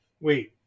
Wait